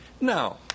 Now